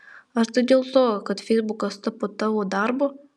ar tai dėl to kad feisbukas tapo tavo darbu